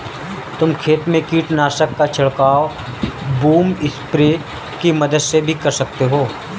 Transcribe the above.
तुम खेत में कीटनाशक का छिड़काव बूम स्प्रेयर की मदद से भी कर सकते हो